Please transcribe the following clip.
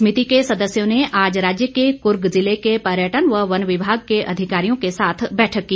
समिति के सदस्यों ने आज राज्य के कूर्ग जिले के पर्यटन व वन विभाग के अधिकारियों के साथ बैठक की